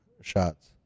shots